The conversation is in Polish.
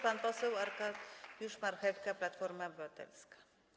Pan poseł Arkadiusz Marchewka, Platforma Obywatelska.